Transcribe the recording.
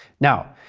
now,